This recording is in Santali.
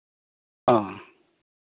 ᱚ